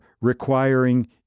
requiring